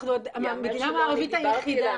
אנחנו המדינה המערבית היחידה --- ייאמר שלא אני דיברתי אלא